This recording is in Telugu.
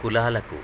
కులాలకు